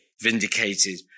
vindicated